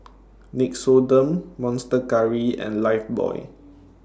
Nixoderm Monster Curry and Lifebuoy